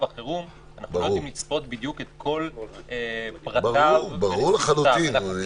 שאנחנו לא יכולים לצפות את כל פרטי מצב החירום ונסיבותיו.